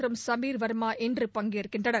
மற்றும் சமீர் வர்மா இன்று பங்கேற்கின்றனர்